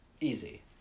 Easy